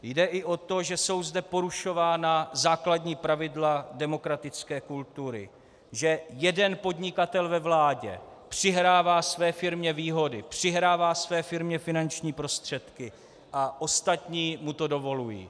Jde i o to, že jsou zde porušována základní pravidla demokratické kultury, že jeden podnikatel ve vládě přihrává své firmě výhody, přihrává své firmě finanční prostředky a ostatní mu to dovolují.